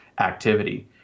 activity